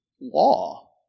law